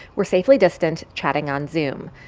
we're safely distant, chatting on zoom.